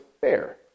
fair